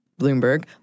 Bloomberg